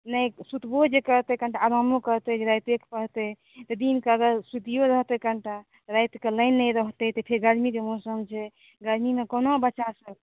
नहि सुतबो जे करतै कनिटा आरामो करतै जे रातिये कऽ पढ़तै तऽ दिन कऽ सुतियो रहतै कनिटा राति कऽ लाइन नहि रहतै तऽ फेर गर्मीके मौसम छै गर्मीमे कोना बच्चा सब